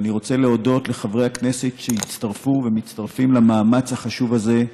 אני רוצה להודות לחברי הכנסת שהצטרפו ומצטרפים למאמץ החשוב הזה,